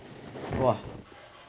!whoa!